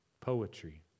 poetry